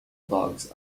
dogs